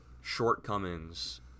shortcomings